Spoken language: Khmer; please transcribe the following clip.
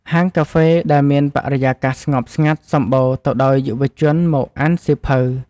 ហាងកាហ្វេដែលមានបរិយាកាសស្ងប់ស្ងាត់សម្បូរទៅដោយយុវជនមកអានសៀវភៅ។